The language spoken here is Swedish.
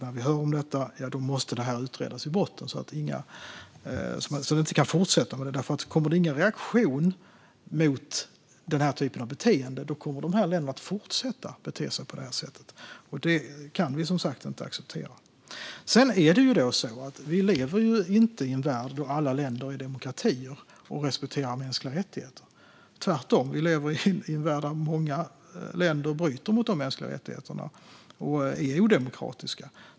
När vi hör om detta måste det utredas ned till botten så att det inte kan fortsätta. Om det inte kommer någon reaktion mot denna typ av beteende kommer dessa länder att fortsätta bete sig på det här sättet, och det kan vi som sagt inte acceptera. Sedan är det så att vi inte lever i en värld där alla länder är demokratier och respekterar mänskliga rättigheter, utan tvärtom lever vi i en värld där många länder bryter mot de mänskliga rättigheterna och är odemokratiska.